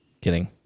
Kidding